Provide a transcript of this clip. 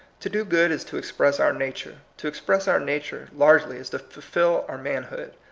to do good is to express our nature. to express our nature largely is to fulfil our manhood.